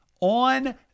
on